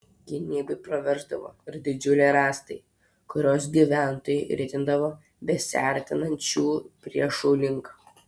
gynybai praversdavo ir didžiuliai rąstai kuriuos gyventojai ritindavo besiartinančių priešų link